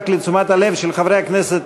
רק לתשומת הלב של חברי הכנסת,